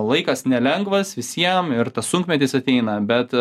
laikas nelengvas visiem ir tas sunkmetis ateina bet